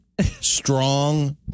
strong